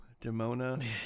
Demona